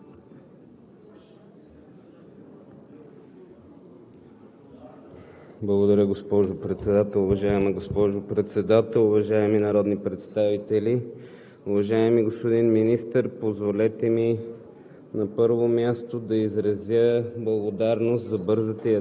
Благодаря, госпожо Председател. Уважаема госпожо Председател, уважаеми народни представители! Уважаеми господин Министър, позволете ми,